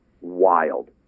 Wild